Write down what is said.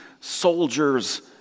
soldiers